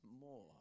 more